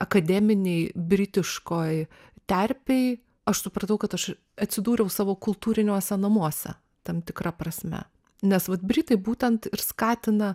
akademinėj britiškoj terpėj aš supratau kad aš atsidūriau savo kultūriniuose namuose tam tikra prasme nes vat britai būtent ir skatina